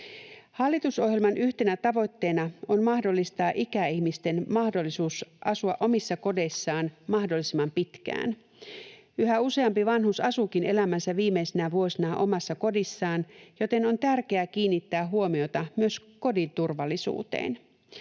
Hallitusohjelman yhtenä tavoitteena on mahdollistaa ikäihmisten mahdollisuus asua omissa kodeissaan mahdollisimman pitkään. Yhä useampi vanhus asuukin elämänsä viimeisinä vuosina omassa kodissaan, joten on tärkeää kiinnittää huomiota myös kodin turvallisuuteen.